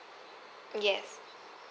yes